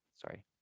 sorry